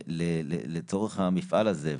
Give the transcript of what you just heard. לצורך המפעל הזה.